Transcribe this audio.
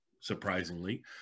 surprisingly